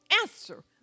answer